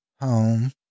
Home